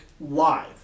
live